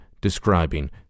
describing